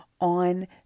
on